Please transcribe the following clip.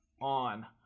on